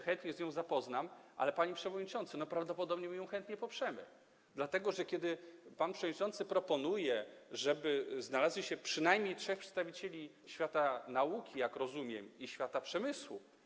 Chętnie się z nią zapoznam, ale, panie przewodniczący, prawdopodobnie chętnie ją poprzemy, dlatego że kiedy pan przewodniczący proponuje, żeby znalazło się przynajmniej trzech przedstawicieli świata nauki, jak rozumiem, i świata przemysłu.